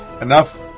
enough